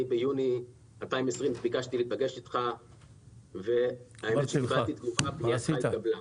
ביוני 2020 ביקשתי להיפגש איתך והאמת שקבילתי תגובה שפנייתי התקבלה.